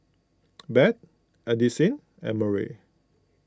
Bette Addisyn and Murry